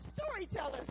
storytellers